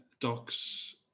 Doc's